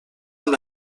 amb